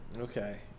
Okay